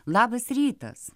labas rytas